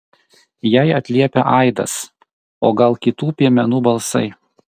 jai atliepia aidas o gal kitų piemenų balsai